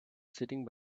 sitting